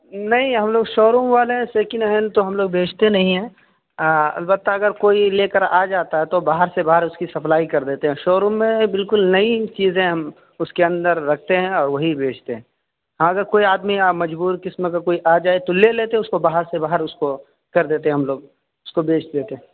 نہیں ہم لوگ شو روم والے سیکنڈ ہینڈ تو ہم لوگ بیچتے نہیں ہیں البتہ اگر کوئی لے کر آ جاتا ہے تو باہر سے باہر اس کی سپلائی کر دیتے ہیں شو روم میں بالکل نئی چیزیں ہم اس کے اندر رکھتے ہیں اور وہی بیچتے ہیں ہاں اگر کوئی آدمی مجبور قسم کا کوئی آ جائے تو لے لیتے ہیں اس کو باہر سے باہر اس کو کر دیتے ہیں ہم لوگ اس کو بیچ دیتے ہیں